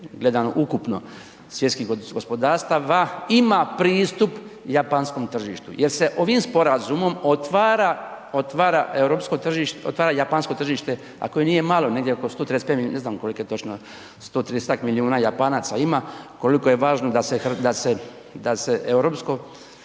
gledano ukupno svjetskih gospodarstava ima pristup japanskom tržištu jer se ovim sporazumom otvara europsko tržište, japansko tržište, a koje nije malo, negdje oko 135 ne znam koliko je točno, 130-tak milijuna Japanaca ima, koliko je važno da se europsko